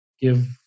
give